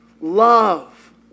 love